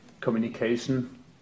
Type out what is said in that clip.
Communication